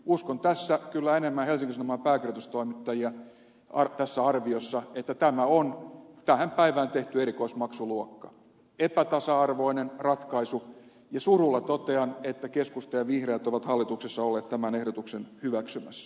uskon tässä arviossa kyllä enemmän helsingin sanoman pääkirjoitustoimittajia että tämä on tähän päivään tehty erikoismaksuluokka epätasa arvoinen ratkaisu ja surulla totean että keskusta ja vihreät ovat hallituksessa olleet tämän ehdotuksen hyväksymässä